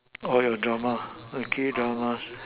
your drama the K Dramas